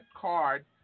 card